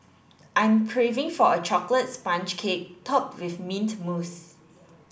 I'm craving for a chocolate sponge cake topped with mint mousse